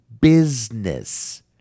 business